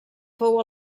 fou